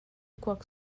kuak